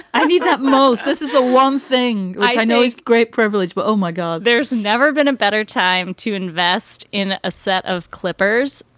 i need that most. this is the one thing like i know great privilege. but oh, my god. there's never been a better time to invest in a set of clippers.